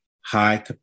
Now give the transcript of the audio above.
high